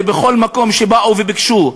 ובכל מקום שבאו וביקשו,